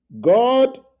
God